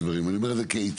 ואני אומר את זה כעצה,